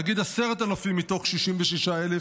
נגיד 10,000 מתוך 66,000,